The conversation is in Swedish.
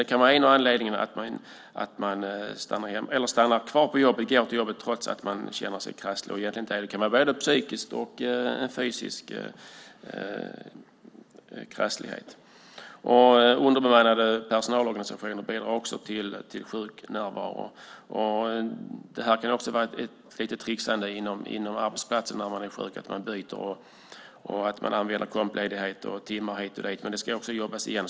Det kan vara en av anledningarna till att man går till jobbet trots att man känner sig krasslig. Det kan handla om både psykisk och fysisk krasslighet. Underbemannade personalorganisationer bidrar också till sjuknärvaron. Det kan vara lite tricksande på arbetsplatser när man är sjuk. Man byter, använder kompledighet och timmar hit och dit, men det ska också jobbas igen.